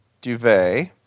duvet